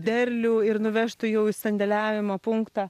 derlių ir nuvežtų jau į sandėliavimo punktą